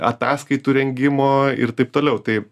ataskaitų rengimo ir taip toliau tai